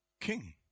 king